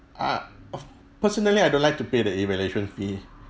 I f~ personally I don't like to pay the evaluation fee